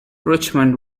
richmond